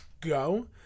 go